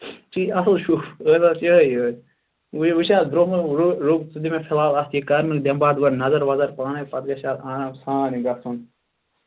شوٗب وٕچھ یِہے یٲژ حظ وۄنۍ وٕچھ حظ برونٛہہ کُن ژٕ دِ مےٚ فلحال اَتھ یہِ کَرنہٕ دِمہٕ بہٕ اَتھ نطروَظر پانے پَتہٕ گَژھِ اتھ آرام سان یہِ گَژھُن